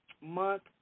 month